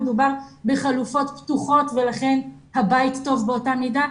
מדובר בחלופות פתוחות ולכן הבית טוב באותה מידה,